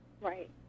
Right